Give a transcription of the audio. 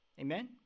Amen